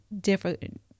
different